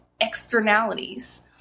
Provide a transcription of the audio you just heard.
externalities